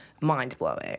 mind-blowing